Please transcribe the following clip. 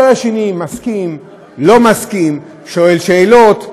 הצד השני מסכים, לא מסכים, שואל שאלות,